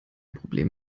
problem